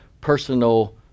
personal